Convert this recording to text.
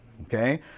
Okay